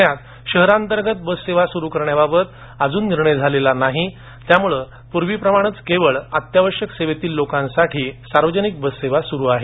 पूण्यात शहरांतर्गत बससेवा सुरु करण्याबाबत अजून निर्णय झालेला नाही त्यामुळं पूर्वीप्रमाणेच केवळ अत्यावश्यक सेवेतील लोकांसाठी सार्वजनिक बससेवा सुरु आहे